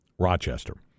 Rochester